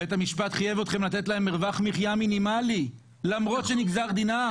בית המשפט חייב אתכם לתת להם מרווח מחיה מינימלי למרות שנגזר דינם.